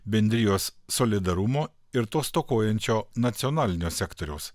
bendrijos solidarumo ir to stokojančio nacionalinio sektoriaus